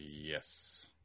Yes